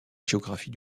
géographie